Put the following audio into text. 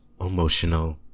emotional